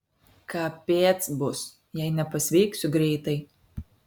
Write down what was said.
kapėc bus jei nepasveiksiu greitai